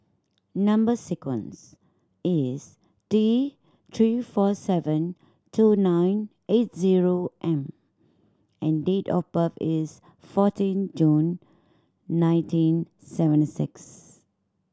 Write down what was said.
number sequence is T Three four seven two nine eight zero M and date of birth is fourteen June nineteen seventy six